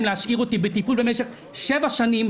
להשאיר אותי בטיפול במשך שבע שנים,